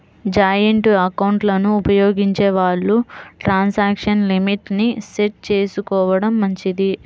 joint ఎకౌంట్లను ఉపయోగించే వాళ్ళు ట్రాన్సాక్షన్ లిమిట్ ని సెట్ చేసుకోడం మంచిది